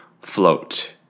float